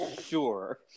Sure